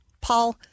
paul